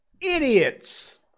Idiots